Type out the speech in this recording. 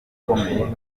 akomeye